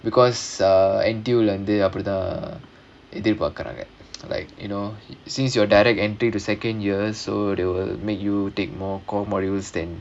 because uh N_T_U வந்து அப்டித்தான் இது பாக்குறாங்க:vandhu apdithaan idhu paakuraanga cannot get like you know since you're direct entry to second year so they will make you take more core modules thaan